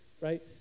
right